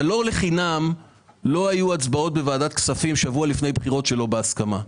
אבל לא לחינם לא היו הצבעות בוועדת הכספים שבוע לפני בחירות שלא בהסכמה,